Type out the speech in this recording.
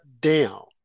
down